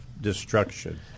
destruction